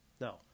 No